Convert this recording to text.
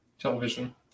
television